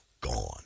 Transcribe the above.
gone